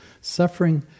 Suffering